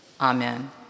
amen